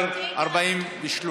נא לשבת במקומות שלכם כשאנחנו מצביעים.